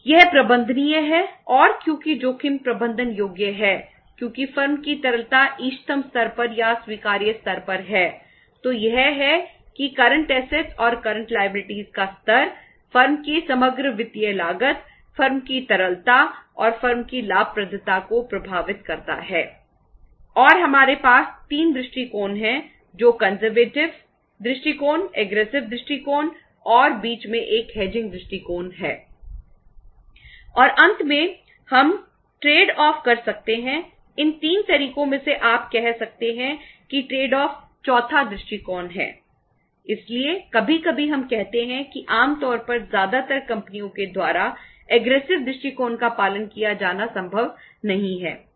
यह प्रबंधनीय है और क्योंकि जोखिम प्रबंधन योग्य है क्योंकि फर्म दृष्टिकोण है